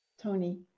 Tony